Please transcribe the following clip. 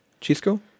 Chisco